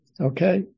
Okay